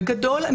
בגדול,